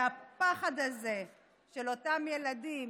והפחד הזה של אותם ילדים,